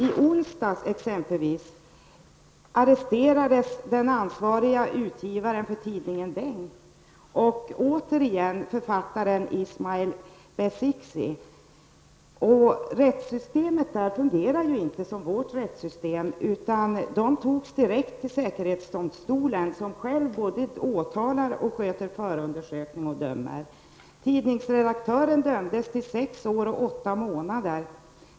I onsdags arresterades ansvarige utgivaren för tidningen Ismail Besikci. Rättssystmet där fungerar inte som vårt rättssystem, utan de togs direkt till säkerhetsdomstolen, som själv både åtalar, gör förundersökning och dömer. Tidningsredaktören dömdes till sex år och åtta månader.